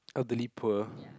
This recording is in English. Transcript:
elderly poor